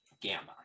Gamma